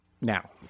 now